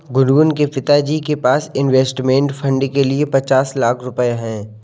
गुनगुन के पिताजी के पास इंवेस्टमेंट फ़ंड के लिए पचास लाख रुपए है